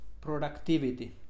productivity